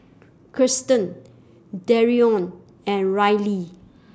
Kiersten Dereon and Ryley